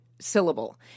syllable